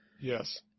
Yes